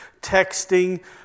texting